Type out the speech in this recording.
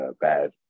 bad